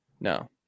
No